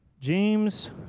James